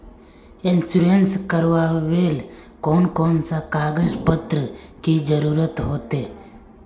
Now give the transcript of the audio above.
Insurance करावेल कोन कोन कागज पत्र की जरूरत होते?